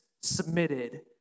submitted